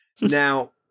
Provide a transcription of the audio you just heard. Now